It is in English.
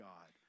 God